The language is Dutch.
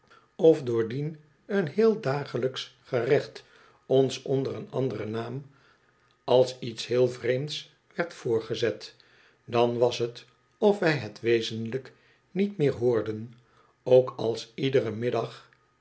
of doordien een heel dagelijksch gerecht ons onder een anderen naam als iets heel vreemds werd voorgezet dan was het of wij het wezenlijk niet meer hoorden ook als iederen middag